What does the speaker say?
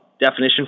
definition